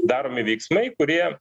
daromi veiksmai kurie